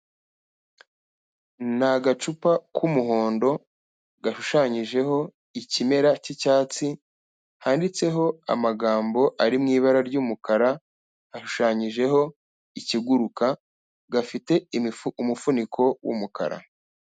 Ni agacupa k'umuhondo, gashushanyijeho ikimera cy'icyatsi, handitseho amagambo ari mu ibara ry'umukara, hashushanyijeho ikiguruka, gafite umufuniko w'umukara.